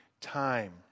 time